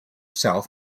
south